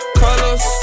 colors